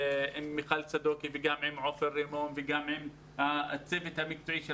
מיכל צדוקי וגם עם עופר רימון וגם עם הצוות המקצועי של